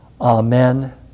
Amen